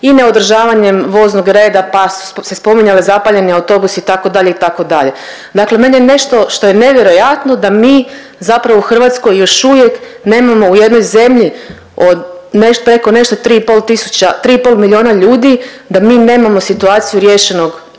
i neodržavanjem voznog reda pa su se spominjali zapaljeni autobusi, itd., itd. Dakle meni je nešto što je nevjerojatno da mi zapravo u Hrvatskoj još uvijek nemamo u jednoj zemlji od, nešto, preko nešto 3 i pol tisuća, 3,5 milijuna ljudi, da mi nemamo situaciju riješenog